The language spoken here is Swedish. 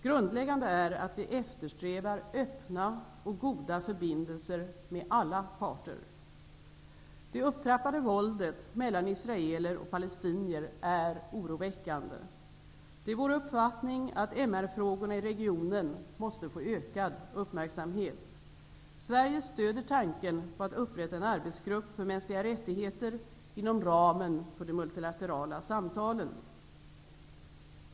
Grundläggande är att vi eftersträvar öppna och goda förbindelser med alla parter. Det upptrappade våldet mellan israeler och palestinier är oroväckande. Det är vår uppfattning att MR-frågorna i regionen måste få ökad uppmärksamhet. Sverige stöder tanken på att upprätta en arbetsgrupp för mänskliga rättigheter inom ramen för de multilaterala samtalen.